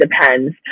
depends